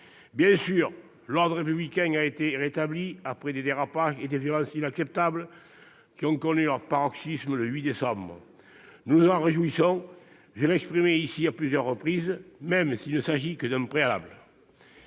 Bien sûr, l'ordre républicain a été rétabli après les dérapages et violences inacceptables qui ont connu leur paroxysme le 8 décembre dernier. Nous nous en réjouissons- je l'ai exprimé à plusieurs reprises -, même s'il ne s'agit que d'un préalable.